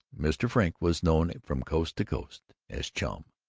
mr. frink was known from coast to coast as chum.